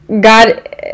god